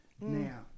Now